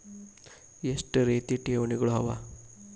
ಎಷ್ಟ ರೇತಿ ಠೇವಣಿಗಳ ಅವ?